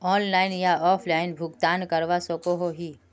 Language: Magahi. लोन ऑनलाइन या ऑफलाइन भुगतान करवा सकोहो ही?